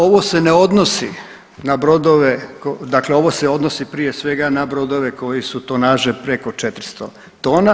Ovo se ne odnosi na brodove, dakle ovo se odnosi prije svega na brodove koji su tonaže preko 400 tona.